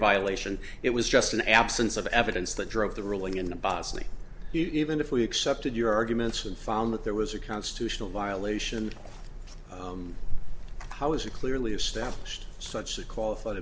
violation it was just an absence of evidence that drove the ruling in the bosley even if we accepted your arguments and found that there was a constitutional violation how is it clearly established such a qualified